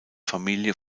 familie